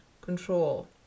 control